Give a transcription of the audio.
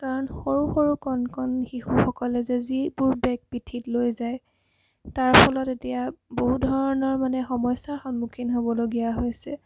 কাৰণ সৰু সৰু কণ কণ শিশুসকলে যে যিবোৰ বেগ পিঠিত লৈ যায় তাৰ ফলত এতিয়া বহু ধৰণৰ মানে সমস্যাৰ সন্মুখীন হ'বলগীয়া হৈছে